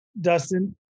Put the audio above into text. Dustin